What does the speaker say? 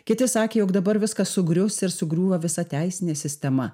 kiti sakė jog dabar viskas sugrius ir sugriūva visa teisinė sistema